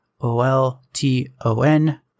O-L-T-O-N